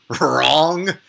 Wrong